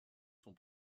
sont